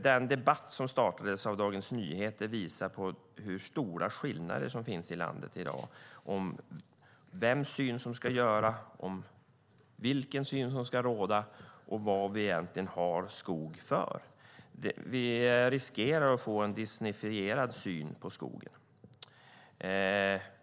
Den debatt som startades av Dagens Nyheter visar på hur stora skillnader det finns i landet i dag om vems syn som ska göras gällande, vilken syn som ska råda och vad vi egentligen har skog för. Vi riskerar att få en disneyfierad syn på skogen.